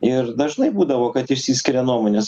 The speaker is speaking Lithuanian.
ir dažnai būdavo kad išsiskiria nuomonės